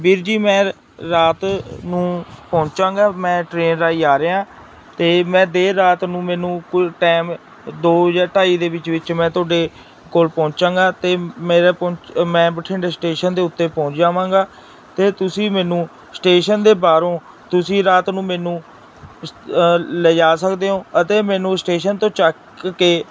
ਵੀਰ ਜੀ ਮੈਂ ਰਾਤ ਨੂੰ ਪਹੁੰਚਾਂਗਾ ਮੈਂ ਟ੍ਰੇਨ ਰਾਹੀਂ ਆ ਰਿਹਾ ਅਤੇ ਮੈਂ ਦੇਰ ਰਾਤ ਨੂੰ ਮੈਨੂੰ ਕੋਈ ਟਾਈਮ ਦੋ ਜਾਂ ਢਾਈ ਦੇ ਵਿੱਚ ਵਿੱਚ ਮੈਂ ਤੁਹਾਡੇ ਕੋਲ ਪਹੁੰਚਾਂਗਾ ਅਤੇ ਮੇਰਾ ਪਹੁੰਚ ਮੈਂ ਬਠਿੰਡੇ ਸਟੇਸ਼ਨ ਦੇ ਉੱਤੇ ਪਹੁੰਚ ਜਾਵਾਂਗਾ ਅਤੇ ਤੁਸੀਂ ਮੈਨੂੰ ਸਟੇਸ਼ਨ ਦੇ ਬਾਹਰੋਂ ਤੁਸੀਂ ਰਾਤ ਨੂੰ ਮੈਨੂੰ ਲਿਜਾ ਸਕਦੇ ਹੋ ਅਤੇ ਮੈਨੂੰ ਸਟੇਸ਼ਨ ਤੋਂ ਚੱਕ ਕੇ